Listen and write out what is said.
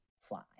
fly